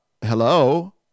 Hello